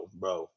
bro